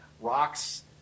rocks